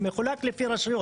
זה מחולק לפי רשויות,